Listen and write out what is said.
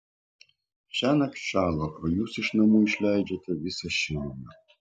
šiąnakt šąla o jūs iš namų išleidžiate visą šilumą